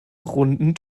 runden